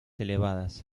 elevadas